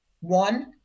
One